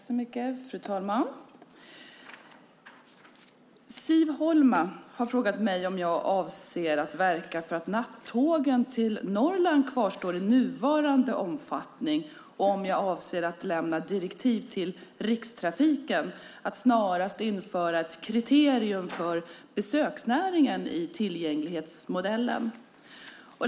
Fru talman! Siv Holma har frågat mig om jag avser att verka för att nattågen till Norrland kvarstår i nuvarande omfattning och om jag avser att lämna direktiv till Rikstrafiken att snarast införa ett kriterium för besöksnäringen i tillgänglighetsmodellen.